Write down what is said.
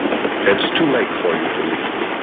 it's too late for you to leave,